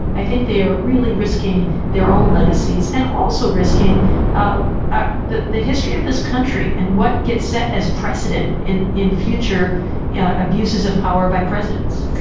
i think they are really risking their own legacies and also risking ah the the history of this country and what gets set as precedent in in future abuses of power by presidents